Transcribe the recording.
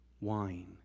wine